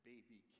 baby